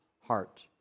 heart